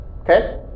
okay